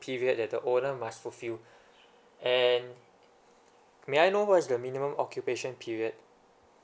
period that the owner must fulfill and may I know what is the minimum occupation period